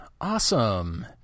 Awesome